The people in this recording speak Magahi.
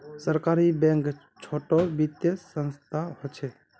सहकारी बैंक छोटो वित्तिय संसथान होछे